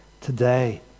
today